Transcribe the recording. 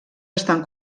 estan